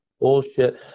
bullshit